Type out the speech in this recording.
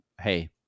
hey